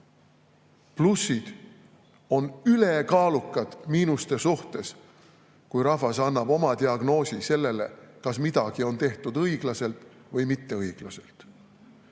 Plussid on ülekaalukad miinuste suhtes, kui rahvas annab oma diagnoosi sellele, kas midagi on tehtud õiglaselt või mitteõiglaselt. Ja